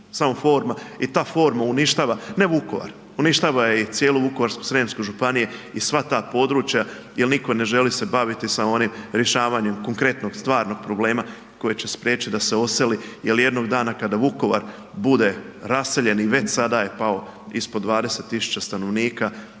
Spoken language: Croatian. samo forma i ta forma uništava, ne Vukovar, uništava i cijelu Vukovarsko-srijemsku županiju i sva ta područja jel se niko ne želi baviti sa onim rješavanjem konkretnih stvarnih problema koji će spriječiti da se odseli jel jednog dana kada Vukovar bude raseljen i već sada je pao ispod 20.000 stanovnika